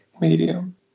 medium